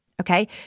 Okay